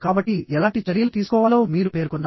కాబట్టిఎలాంటి చర్యలు తీసుకోవాలో మీరు పేర్కొన్నారు